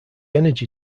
energy